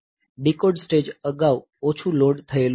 decode stage અગાઉ ઓછું load થયેલું હતું